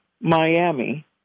Miami